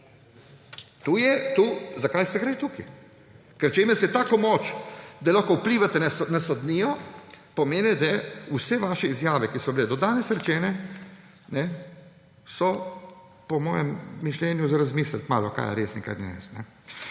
in 2007. Zakaj se gre tukaj? Ker če imate tako moč, da lahko vplivate na sodnijo, pomeni, da vse vaše izjave, ki so bile do danes rečene, so po mojem mišljenju malo za razmisliti, kaj je res in kaj ni res.